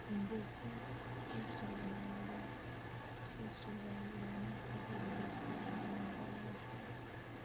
उं'दे उत्थै होस्टल बनाए दे होस्टल बने दे रौह्ने आस्तै कुडियें आस्तै बुमैन कालेज आस्तै